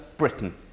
Britain